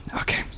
Okay